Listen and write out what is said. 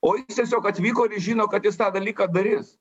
o jis tiesiog atvyko ir jis žino kad jis tą dalyką darys